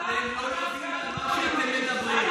אתם לא יודעים מה שאתם מדברים.